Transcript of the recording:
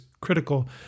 critical